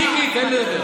מיקי, תן לי לדבר.